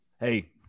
Hey